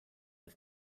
have